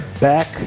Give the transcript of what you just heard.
back